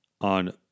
on